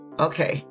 Okay